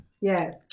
Yes